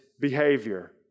behavior